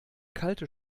kalte